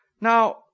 Now